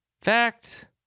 Fact